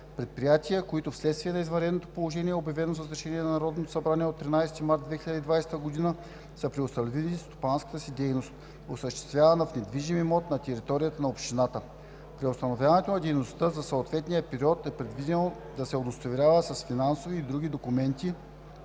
предприятия, които вследствие на извънредното положение, обявено с Решение на Народното събрание от 13 март 2020 г., са преустановили стопанската си дейност, осъществявана в недвижим имот на територията на общината. Преустановяването на дейността за съответния период е предвидено да се удостоверява с финансови и други документи,